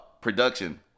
production